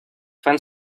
fan